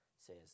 says